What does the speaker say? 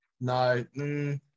No